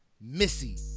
Missy